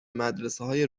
مدرسههای